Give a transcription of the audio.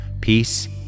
Peace